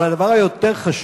אבל הדבר החשוב יותר,